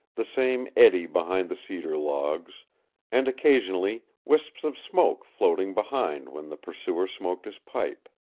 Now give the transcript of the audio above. the same eddy behind the cedar logs and occasionally wisps of smoke floating behind when the pursuer smoked his pipe.